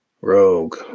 Rogue